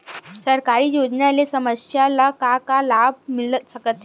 सरकारी योजना ले समस्या ल का का लाभ मिल सकते?